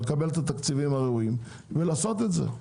לקבל את התקציבים הראויים ולעשות את זה.